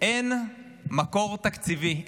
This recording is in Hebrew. אין מקור תקציבי,